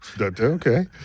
Okay